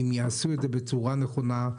אם יעשו את זה בצורה נכונה,